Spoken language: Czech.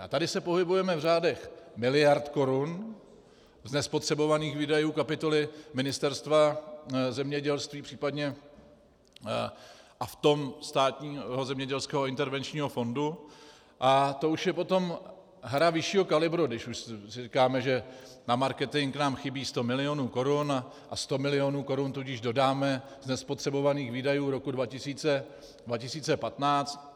A tady se pohybujeme v řádech miliard korun z nepotřebovaných výdajů kapitoly Ministerstva zemědělství, případně, a v tom Státního zemědělského intervenčního fondu, a to už je potom hra vyššího kalibru, když už si říkáme, že na marketing nám chybějí 100 milionů korun, a 100 milionů korun tudíž dodáme z nepotřebovaných výdajů roku 2015.